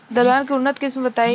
दलहन के उन्नत किस्म बताई?